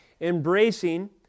embracing